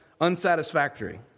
unsatisfactory